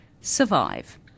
survive